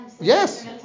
Yes